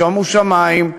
שומו שמים.